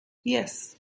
yes